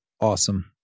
Awesome